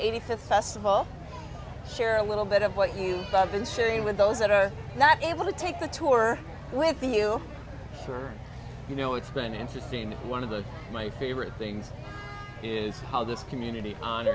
eighty fifth festival share a little bit of what you have been sharing with those that are not able to take the tour with you for you know it's been interesting one of the my favorite things is how this community hon